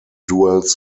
duels